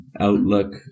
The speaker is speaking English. outlook